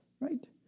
Right